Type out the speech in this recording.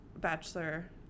Bachelor